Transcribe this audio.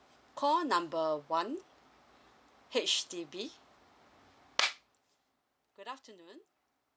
call number one H_D_B good afternoon